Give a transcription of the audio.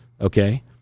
okay